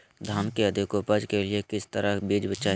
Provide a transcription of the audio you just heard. धान की अधिक उपज के लिए किस तरह बीज चाहिए?